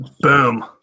boom